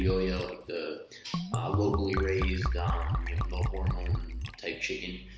ah ah yeah like the locally raised um you know form um type chicken